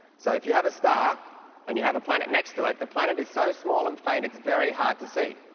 so if you have a star and you have a planet next to it, the planet is so small and faint it's very hard to see.